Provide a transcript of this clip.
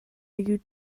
you